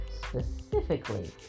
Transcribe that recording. specifically